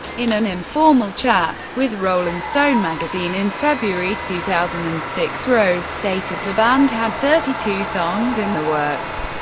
in an informal chat with rolling stone magazine in february two thousand and six, rose stated the band had thirty two songs in the works.